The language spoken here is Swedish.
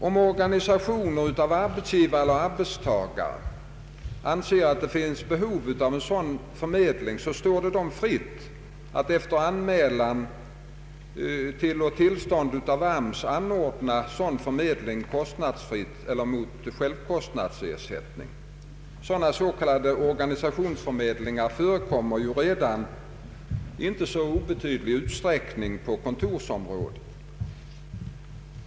Om organisationer av arbetsgivare eller arbetstagare anser att det finns behov av en sådan förmedling står det dem fritt att efter anmälan till och tillstånd av AMS anordna sådan förmedling kostnadsfritt eller mot självkostnadsersättning. Sådan s.k. organisationsförmedling förekommer redan i inte obetydlig utsträckning på kontorsområdet.